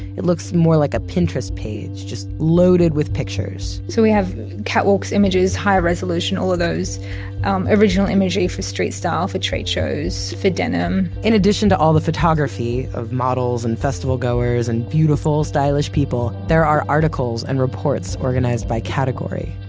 it looks more like a pinterest page just loaded with pictures. so we have catwalks, images, high resolution, all of those um original imagery for street style, for trade shows, for denim in addition to all the photography, of models, and festivals, and festival-goers, and beautiful stylish people, there are articles and reports organized by category.